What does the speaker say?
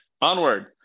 onward